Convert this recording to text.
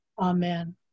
Amen